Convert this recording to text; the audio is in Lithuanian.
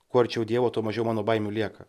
kuo arčiau dievo tuo mažiau mano baimių lieka